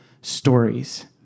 stories